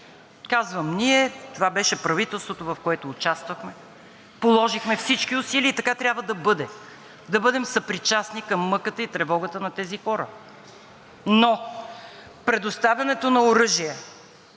Казвам „ние“, това беше правителството, в което участвахме, положихме всички усилия и така трябва да бъде – да бъдем съпричастни към мъката и тревогата на тези хора, но предоставянето на оръжие